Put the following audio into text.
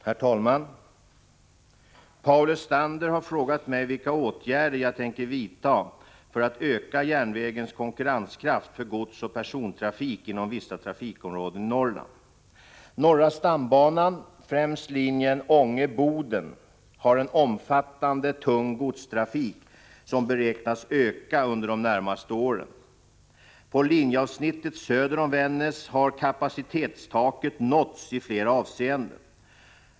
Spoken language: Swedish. Herr talman! Paul Lestander har frågat mig vilka åtgärder jag tänker vidta för att öka järnvägens konkurrenskraft för godsoch persontrafik inom vissa trafikområden i Norrland. Norra stambanan, främst linjen Ånge-Boden, har en omfattande, tung godstrafik, som beräknas öka under de närmaste åren. På linjeavsnittet söder om Vännäs har kapacitetstaket nåtts i flera avseenden.